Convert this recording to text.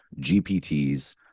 gpts